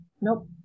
Nope